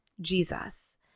Jesus